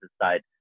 decide